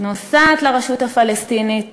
נוסעת לרשות הפלסטינית